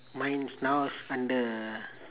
mine's now is under